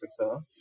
africa